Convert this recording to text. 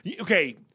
okay